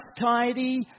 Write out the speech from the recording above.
tidy